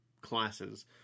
classes